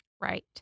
Right